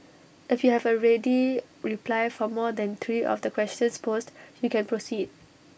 if you have A ready reply for more than three of the questions posed you can proceed